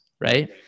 right